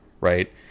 right